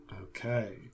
Okay